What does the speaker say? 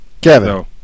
Kevin